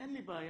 אין לי בעיה.